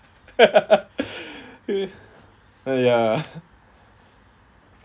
ah ya